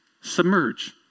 submerge